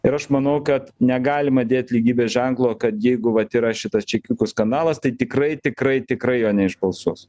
ir aš manau kad negalima dėt lygybės ženklo kad jeigu vat yra šitas čekiukų skandalas tai tikrai tikrai tikrai jo neišbalsuos